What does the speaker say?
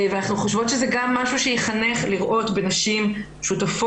ואנחנו חושבות שזה גם משהו שיחנך לראות בנשים שותפות